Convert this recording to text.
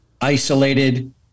isolated